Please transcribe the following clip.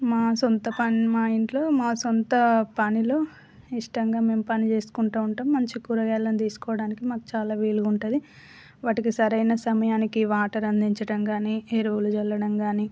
మా సొంత పని మా ఇంట్లో మా సొంత పనిలో ఇష్టంగా మేము పని చేసుకుంటూ ఉంటాం మంచి కూరగాయలను తీసుకోవడానికి మాకు చాలా వీలుగా ఉంటుంది వాటికి సరైన సమయానికి వాటర్ అందించడం కానీ ఎరువులు చల్లడం కానీ